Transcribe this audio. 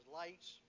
lights